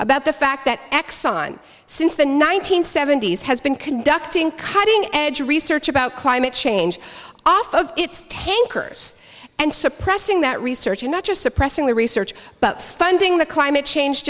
about the fact that exxon since the nine hundred seventy s has been conducting cutting edge research about climate change off of its tankers and suppressing that research and not just suppressing the research but funding the climate change